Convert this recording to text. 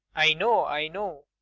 i know. i know.